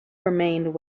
remained